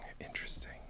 Interesting